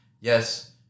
yes